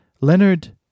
Leonard